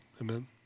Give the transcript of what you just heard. amen